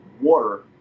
water